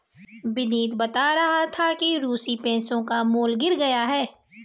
विनीत बता रहा था कि रूसी पैसों का मूल्य गिर गया है